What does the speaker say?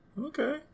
Okay